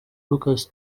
lucas